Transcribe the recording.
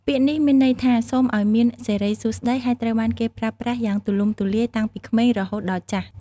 ពាក្យនេះមានន័យថា “សូមឱ្យមានសិរីសួស្ដី” ហើយត្រូវបានគេប្រើប្រាស់យ៉ាងទូលំទូលាយតាំងពីក្មេងរហូតដល់ចាស់។